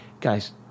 guys